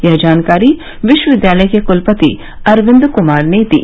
यह जानकारी विश्वविद्यालय के कुलपति अरविन्द कुमार ने दी